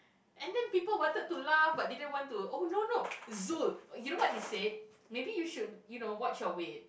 and then people wanted to laugh but didn't want to oh no no Zoe you know what he said maybe you should you know watch your weight